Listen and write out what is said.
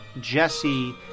Jesse